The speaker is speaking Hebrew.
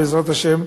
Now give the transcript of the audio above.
בעזרת השם,